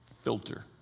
filter